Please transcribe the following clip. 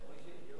ולכן